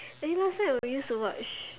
eh last time we used to watch